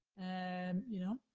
and you know,